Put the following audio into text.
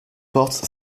portes